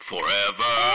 forever